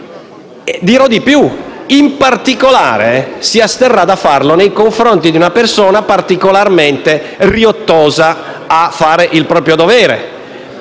Dirò di più. In particolare, il dirigente si asterrà dal farlo nei confronti di una persona particolarmente riottosa a fare il proprio dovere.